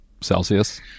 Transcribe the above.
Celsius